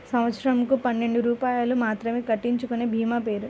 సంవత్సరంకు పన్నెండు రూపాయలు మాత్రమే కట్టించుకొనే భీమా పేరు?